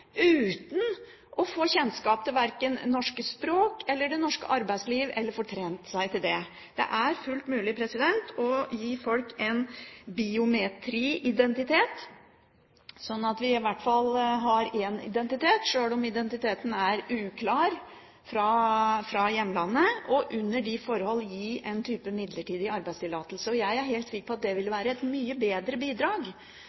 uten å få kjennskap til verken det norske språk eller det norske arbeidsliv, eller får trent seg til det. Det er fullt mulig å gi folk en biometriidentitet, sånn at en i hvert fall har én identitet. Sjøl om identiteten fra hjemlandet er uklar, må det også under de forhold være mulig å gi en type midlertidig arbeidstillatelse. Jeg er helt sikker på at det